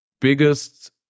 biggest